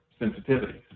sensitivities